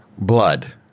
Blood